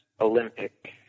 Olympic